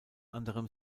anderem